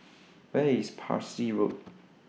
Where IS Parsi Road